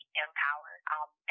empowered